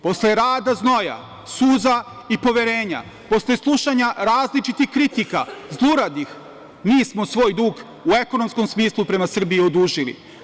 Posle rada, znoja, suza i poverenja, posle slušanja različitih kritika zluradih mi smo svoj dug u ekonomskom smislu prema Srbiji odužili.